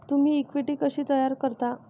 तुम्ही इक्विटी कशी तयार करता?